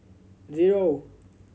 zero